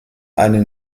einen